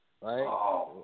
Right